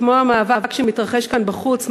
כמו המאבק שמתרחש כאן בחוץ,